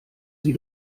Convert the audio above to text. sie